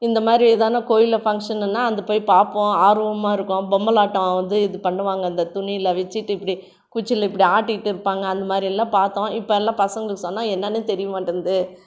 இந்தமாதிரி ஏதான கோயிலில் ஃபங்க்ஷனுனால் அங்கேப் போய் பார்ப்போம் ஆர்வமாக இருக்கும் பொம்மலாட்டம் வந்து இது பண்ணுவாங்க அந்த துணியில் வைச்சிட்டு இப்படி குச்சியில் இப்படி ஆட்டிகிட்டு இருப்பாங்க அந்தமாதிரி எல்லாம் பார்த்தோம் இப்போ எல்லாம் பசங்களுக்கு சொன்னால் என்னனே தெரியமாட்டேன்குது